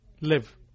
live